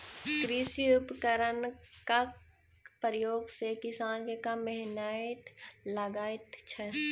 कृषि उपकरणक प्रयोग सॅ किसान के कम मेहनैत लगैत छै